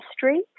history